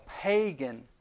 pagan